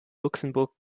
luxemburg